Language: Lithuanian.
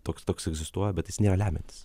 toks toks egzistuoja bet jis nėra lemiantis